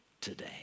today